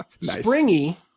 springy